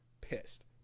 Pissed